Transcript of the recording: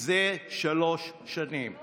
זה שלוש שנים.